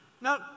Now